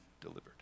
delivered